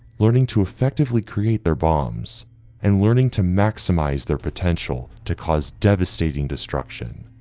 learning to effectively create their bombs and learning to maximize their potential to cause devastating destruction,